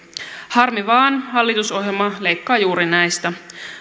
harmi vain hallitusohjelma leikkaa juuri näistä